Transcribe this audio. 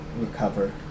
recover